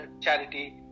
charity